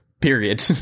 Period